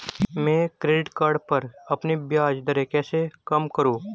मैं credit card पर अपनी ब्याज दरें कैसे कम करूँ?